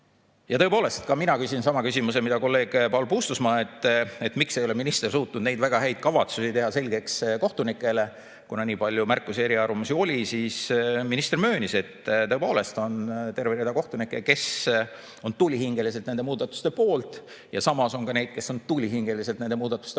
Tõepoolest, ka mina küsisin sama küsimuse, mida küsis kolleeg Paul Puustusmaa, et miks ei ole minister suutnud neid väga häid kavatsusi teha selgeks kohtunikele, kuna oli nii palju märkusi ja eriarvamusi. Minister möönis, et tõepoolest on terve rida kohtunikke, kes on tulihingeliselt nende muudatuste poolt, ja samas on ka neid, kes on tulihingeliselt nende muudatuste vastu.